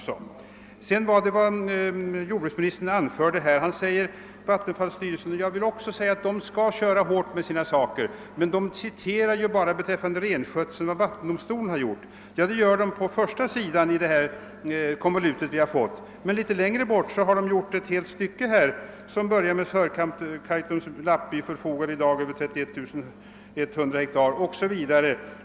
Så några ord till jordbruksministern, som här åberopade vattenfallsstyrelsen. Också jag menar att Vattenfall skall hålla på sina intressen. Men, säger jordbruksministern, Vattenfall hänvisar ju bara till vad vattendomstolen framhållit beträffande rennäringen. Ja, så är fallet beträffande första sidan av de handlingar, som Vattenfall tillställt oss. Längre fram i dessa har Vattenfall emellertid ägnat ett helt stycke åt renskötseln, vilket börjar med orden »Sörkaitums lappby förfogar idag över 31100 hektar sommarbetesland».